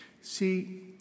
See